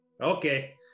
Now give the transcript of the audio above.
okay